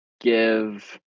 give